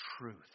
truth